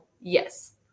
Yes